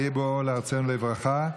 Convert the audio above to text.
יהי בואו לארצנו לברכה,